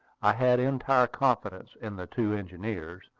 i had entire confidence in the two engineers,